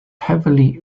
heavily